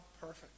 perfect